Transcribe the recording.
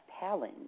Palin